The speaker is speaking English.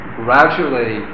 gradually